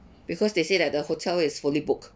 because they said that the hotel is fully booked